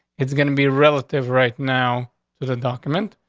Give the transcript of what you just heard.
it's gonna be relative right now to the document.